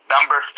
Number